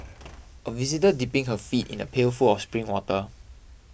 a visitor dipping her feet in a pail full of spring water